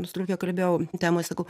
su drauge kalbėjau temoj sakau